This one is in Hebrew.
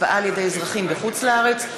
הצבעה על-ידי אזרחים בחוץ-לארץ),